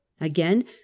Again